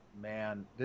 man